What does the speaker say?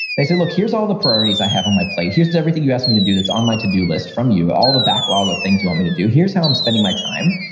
i said, look. here's all the priorities i have on my plate. here's everything you asked me to do that's on my to do list, from you, all the backlog of things you want me to do. here's how i'm spending my time.